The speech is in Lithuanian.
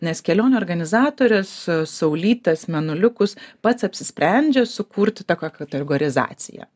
nes kelionių organizatorius saulytes mėnuliukus pats apsisprendžia sukurti tą kategorizaciją